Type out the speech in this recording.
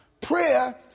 Prayer